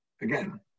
Again